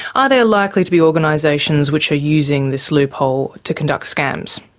are there likely to be organisations which are using this loop-hole to conduct scams?